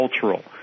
cultural